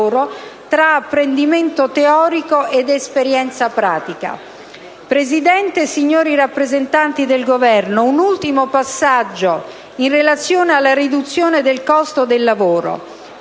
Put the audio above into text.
tra apprendimento teorico ed esperienza pratica. Signor Presidente, signori rappresentanti del Governo, desidero fare un ultimo passaggio in relazione alla riduzione del costo del lavoro: